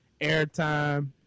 airtime